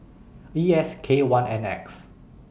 E S K one N X